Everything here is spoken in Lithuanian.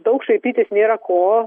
daug šaipytis nėra ko